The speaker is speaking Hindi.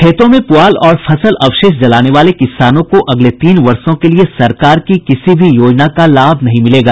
खेतों में पुआल और फसल अवशेष जलाने वाले किसानों को अगले तीन वर्षों के लिए सरकार की किसी भी योजना का लाभ नहीं मिलेगा